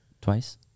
twice